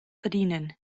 verdienen